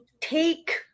take